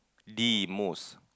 the most